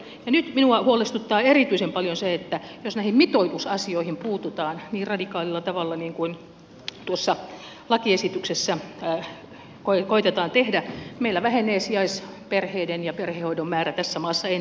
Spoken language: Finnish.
nyt minua huolestuttaa erityisen paljon se että jos näihin mitoitusasioihin puututaan niin radikaalilla tavalla kuin tuossa lakiesityksessä koetetaan tehdä meillä vähenevät sijaisperheiden ja perhehoidon määrä tässä maassa entisestään